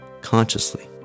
consciously